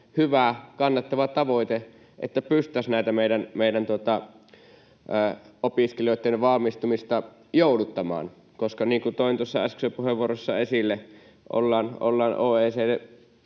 hyvä, kannatettava tavoite, että pystyttäisiin näiden meidän opiskelijoitten valmistumista jouduttamaan. Niin kuin toin tuossa äskeisessä puheenvuorossa esille, ollaan